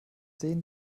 sehen